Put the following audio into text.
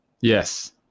Yes